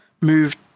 moved